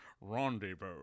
rendezvous